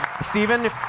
Stephen